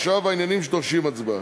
עכשיו, העניינים שדורשים הצבעה.